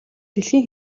дэлхийн